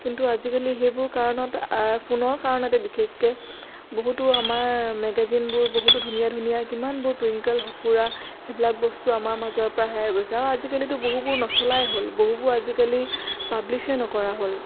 কিন্তু আজিকালি সেইবোৰ কাৰণত ফোনৰ কাৰণতে বিশেষকৈ বহুতো আমাৰ মেগাজিনবোৰ বহুতো ধুনীয়া ধুনীয়া কিমানবোৰ টুইংকল সফুঁৰা সেইবিলাক বস্তু আমাৰ মাজৰ পৰা হেৰাই গৈছে আৰু আজিকালিতো বহুবোৰ নচলাই হ'ল বহুবোৰ আজিকালি পাব্লিছেই নকৰা হ'ল